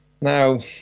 Now